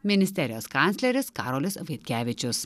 ministerijos kancleris karolis vaitkevičius